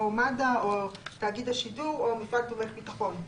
מד"א או תאגיד השידור או מפעל תומך ביטחון,